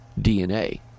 DNA